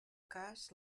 cas